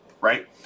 right